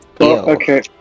Okay